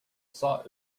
sought